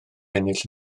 ennill